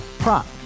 Prop